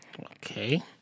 Okay